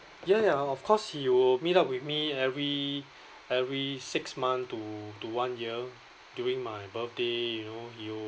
ya ya of course he will meet up with me every every six month to to one year during my birthday you know he will